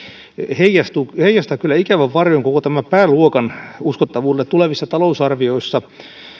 heijastaa kyllä ikävän varjon koko tämän pääluokan uskottavuudelle tulevissa talousarvioissa